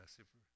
Super